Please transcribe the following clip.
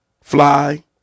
fly